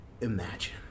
imagine